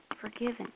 forgiven